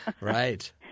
Right